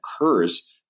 occurs